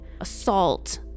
assault